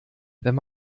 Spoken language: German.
wenn